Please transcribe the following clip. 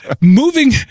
moving